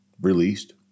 released